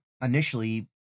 initially